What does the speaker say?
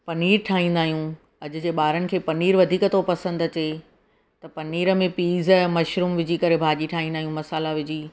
पनीर ठाहींदा आहियूं अॼु जे ॿारनि खे पनीर वधीक थो पसंदि अचे त पनीर में पीज़ मशरुम विझी करे भाॼी ठाहींदा आहियूं मसाल्हा विझी